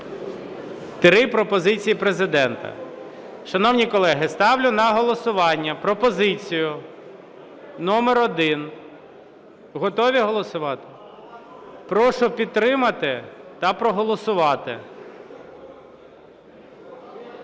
Три пропозиції Президента. Шановні колеги, ставлю на голосування пропозицію номер 1. Готові голосувати? Прошу підтримати та проголосувати.